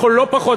אנחנו לא פחות,